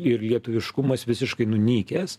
ir lietuviškumas visiškai nunykęs